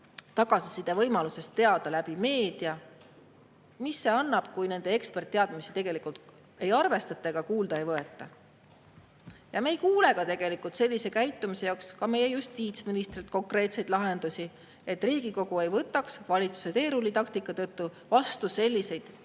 tagasiside võimalusest teada meediast. Mida see annab, kui nende ekspertteadmistega tegelikult ei arvestata ega neid kuulda ei võeta? Me ei kuule tegelikult sellise käitumise kohta ka meie justiitsministrilt konkreetseid lahendusi, et Riigikogu ei võtaks valitsuse teerullitaktika tõttu vastu selliseid seadusi,